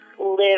live